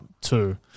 two